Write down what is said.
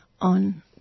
on